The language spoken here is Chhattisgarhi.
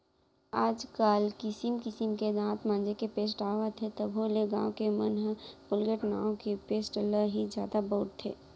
आज काल किसिम किसिम के दांत मांजे के पेस्ट आवत हे तभो ले गॉंव के मन ह कोलगेट नांव के पेस्ट ल ही जादा बउरथे